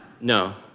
No